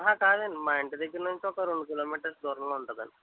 అహా కాదండి మా ఇంటిదగ్గరనుంచి ఒక రెండు కిలోమీటర్స్ దూరంలో ఉంటుందండి